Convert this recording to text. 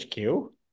HQ